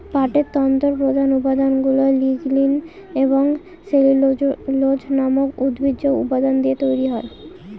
পাটের তন্তুর প্রধান উপাদানগুলা লিগনিন এবং সেলুলোজ নামক উদ্ভিজ্জ উপাদান দিয়ে তৈরি